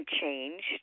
changed